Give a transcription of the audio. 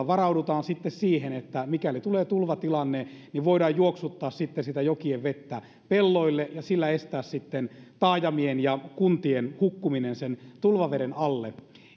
varaudutaan sitten siihen että mikäli tulee tulvatilanne niin voidaan juoksuttaa sitä jokien vettä pelloille ja sillä estää taajamien ja kuntien hukkuminen sen tulvaveden alle